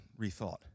rethought